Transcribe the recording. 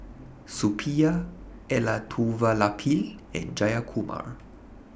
Suppiah Elattuvalapil and Jayakumar